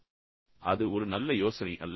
எனவே அது ஒரு நல்ல யோசனை அல்ல